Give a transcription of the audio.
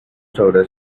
sobre